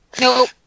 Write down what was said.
Nope